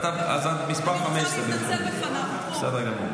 את מס' 15. בסדר גמור.